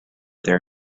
their